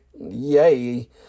Yay